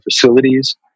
facilities